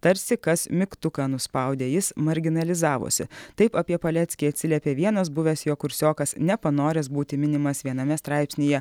tarsi kas mygtuką nuspaudė jis marginalizavosi taip apie paleckį atsiliepė vienas buvęs jo kursiokas nepanoręs būti minimas viename straipsnyje